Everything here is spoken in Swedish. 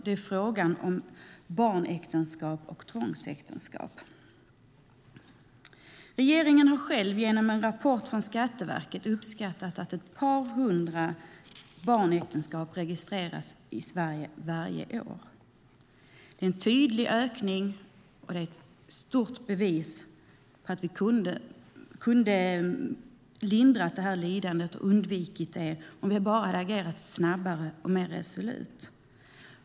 Det är frågan om barnäktenskap och tvångsäktenskap. Regeringen har själv genom en rapport från Skatteverket uppskattat att ett par hundra barnäktenskap registreras varje år i Sverige. Det är en tydlig ökning, och det är ett stort bevis på att vi kunde ha undvikit detta lidande om vi hade agerat snabbare och mer resolut.